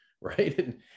right